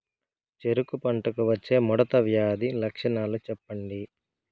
చెరుకు పంటకు వచ్చే ముడత వ్యాధి లక్షణాలు చెప్పండి?